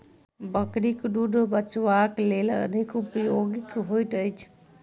बकरीक दूध बच्चाक लेल अधिक उपयोगी होइत अछि